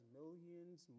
millions